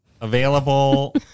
available